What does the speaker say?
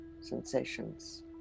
sensations